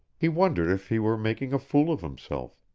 he wondered if he were making a fool of himself.